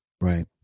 Right